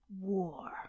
War